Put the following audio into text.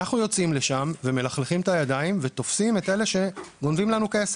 אנחנו יוצאים לשם ומלכלכים את הידיים ותופסים את אלה שגונבים לנו,